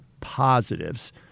positives